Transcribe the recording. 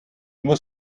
muss